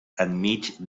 enmig